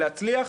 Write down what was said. ולהצליח,